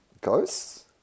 Ghosts